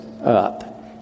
up